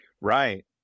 Right